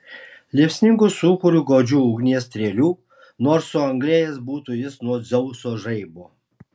liepsningu sūkuriu godžių ugnies strėlių nors suanglėjęs būtų jis nuo dzeuso žaibo